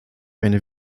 eine